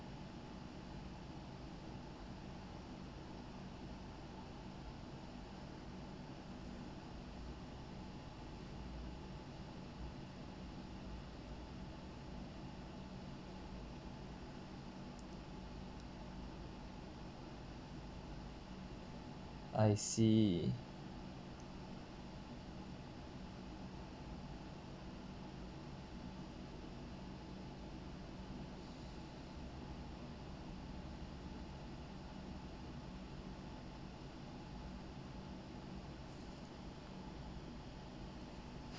I see